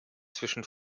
zwischen